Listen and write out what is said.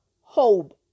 hope